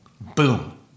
boom